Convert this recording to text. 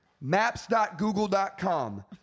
Maps.google.com